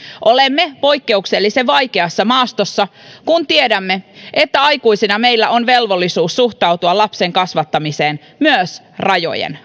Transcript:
olemme poikkeuksellisen vaikeassa maastossa kun tiedämme että aikuisina meillä on velvollisuus suhtautua lapsen kasvattamiseen myös rajojen